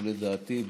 לדעתי,